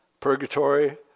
purgatory